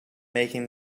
making